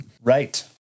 Right